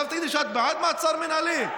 עכשיו תגידי שאת בעד מעצר מינהלי?